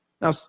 Now